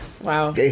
Wow